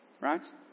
Right